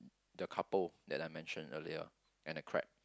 the couple that I mentioned earlier and a crab